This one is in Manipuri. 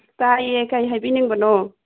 ꯇꯥꯏꯌꯦ ꯀꯩ ꯍꯥꯏꯕꯤꯅꯤꯡꯕꯅꯣ